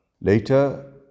Later